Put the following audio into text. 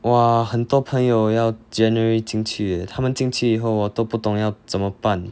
!wah! 很多朋友要 january 进去 eh 他们进去以后 hor 我都不懂要怎么办